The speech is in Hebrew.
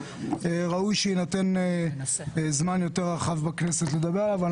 ראוי שיינתן בכנסת זמן רב יותר לדבר עליו,